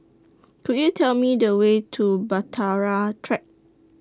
Could YOU Tell Me The Way to Bahtera Track